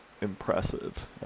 impressive